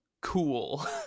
cool